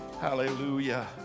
Hallelujah